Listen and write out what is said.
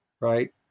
Right